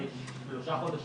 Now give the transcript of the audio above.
אם זה יתנהל בצורה אחרת,